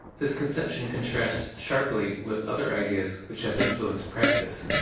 this conception contrasts sharply with other ideas which have influenced practice.